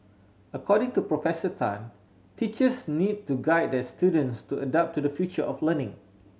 according to Professor Tan teachers need to guide their students to adapt to the future of learning